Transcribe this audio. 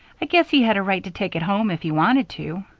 i guess he had a right to take it home if he wanted to.